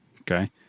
Okay